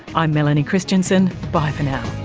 i'm melanie christiansen, bye for now